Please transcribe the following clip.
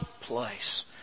place